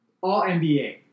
all-NBA